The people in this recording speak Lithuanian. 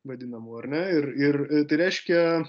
vadinamų ar ne ir ir tai reiškia